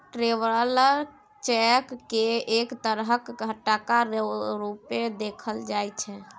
traveller cheque केँ एक तरहक टका रुपेँ देखल जाइ छै